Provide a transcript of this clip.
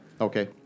Okay